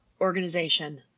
organization